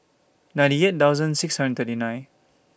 ninety eight thousand six hundred thirty nine